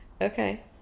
Okay